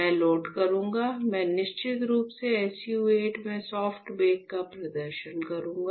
मैं लोड करूंगा मैं निश्चित रूप से SU 8 में सॉफ्ट बेक का प्रदर्शन करूंगा